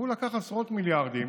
והוא לקח עשרות מיליארדים